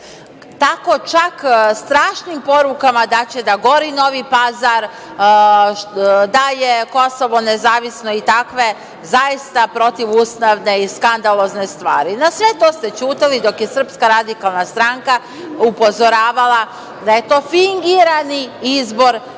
tako čak strašnim porukama da će da gori Novi Pazar, da je Kosovo nezavisno i takve zaista protivustavne i skandalozne stvari. Na sve to ste ćutali dok je SRS upozoravala da je to fingirani izbor